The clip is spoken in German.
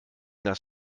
das